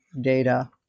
data